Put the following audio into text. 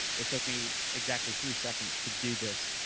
it took me exactly three seconds to do this,